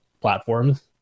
platforms